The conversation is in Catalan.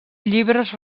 llibres